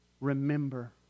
remember